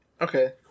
Okay